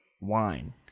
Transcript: wine